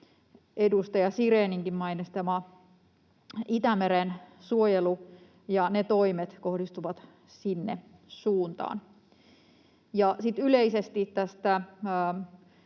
edustaja Siréninkin mainitsema Itämeren suojelu ja ne toimet kohdistuvat sinne suuntaan. Ja sitten yleisesti tässä